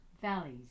valleys